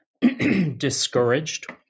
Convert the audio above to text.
discouraged